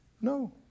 No